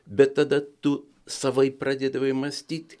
bet tada tu savaip pradėdavai mąstyt